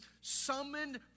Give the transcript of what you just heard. summoned